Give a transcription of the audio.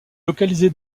localisé